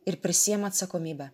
ir prisiima atsakomybę